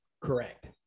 correct